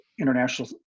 international